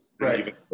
right